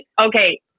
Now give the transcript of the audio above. Okay